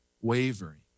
wavering